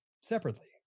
separately